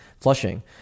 flushing